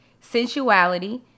sensuality